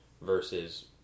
versus